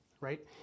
right